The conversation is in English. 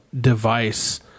device